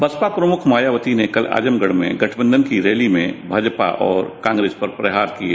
बसपा प्रमुख मायावती ने कल आजमगढ़ में गठबंधन की रैली में भाजपा और कॉप्रेस पर प्रहार किए